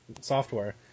software